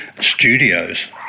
Studios